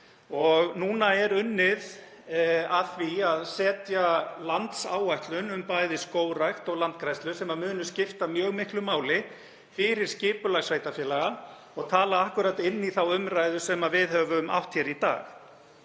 Nú er unnið að því að setja landsáætlun um bæði skógrækt og landgræðslu sem mun skipta mjög miklu máli fyrir skipulag sveitarfélaga og tala akkúrat inn í þá umræðu sem við höfum átt hér í dag.